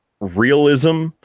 realism